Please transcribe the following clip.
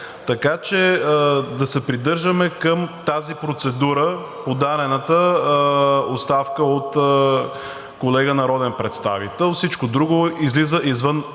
планове, да се придържаме към тази процедура – подадената оставка от колега народен представител. Всичко друго излиза извън